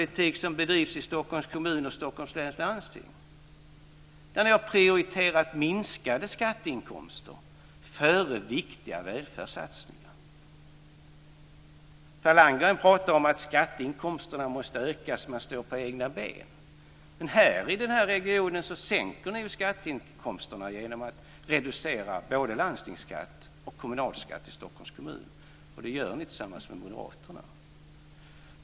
Där har ni prioriterat minskade skatteinkomster framför viktiga välfärdssatsningar. Per Landgren pratar om att skatteinkomsterna måste ökas när man står på egna ben. Men här i Stockholmsregionen sänker ni skatteinkomsterna genom att reducera både landstingsskatt och kommunalskatt i Stockholms kommun, tillsammans med moderaterna.